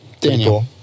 Daniel